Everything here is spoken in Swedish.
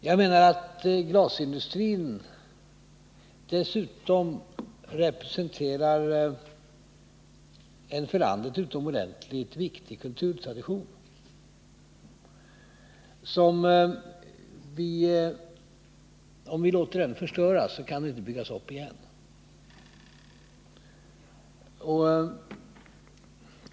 Jag menar dessutom att glasindustrin representerar en för landet utomordentligt viktig kulturtradition. Om vi låter den förstöras kan den inte byggas upp igen.